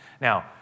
Now